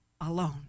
alone